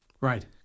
Right